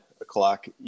o'clock